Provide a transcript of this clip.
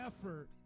effort